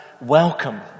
welcome